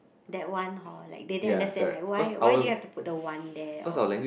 that one hor like they didn't understand like why why do you have to put the one there or